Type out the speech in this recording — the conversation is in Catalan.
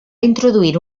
introduir